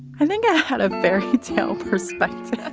i think i had a fairy tale perspective.